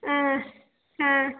ஆ ஆ